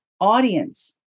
audience